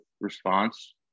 response